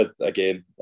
again